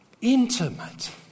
Intimate